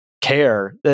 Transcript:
care